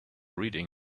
reading